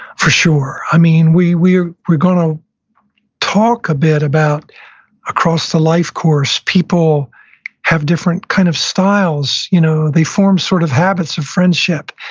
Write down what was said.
for sure. i mean, we're we're going to talk a bit about across the life course people have different kind of styles. you know they form sort of habits of friendship,